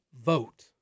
vote